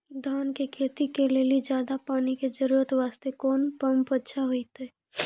धान के खेती के लेली ज्यादा पानी के जरूरत वास्ते कोंन पम्प अच्छा होइते?